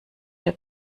der